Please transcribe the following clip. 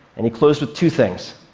and he closed with two things.